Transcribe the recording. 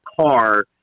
car